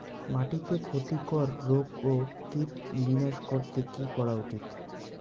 মাটিতে ক্ষতি কর রোগ ও কীট বিনাশ করতে কি করা উচিৎ?